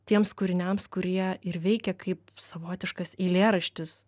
tiems kūriniams kurie ir veikia kaip savotiškas eilėraštis